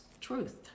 truth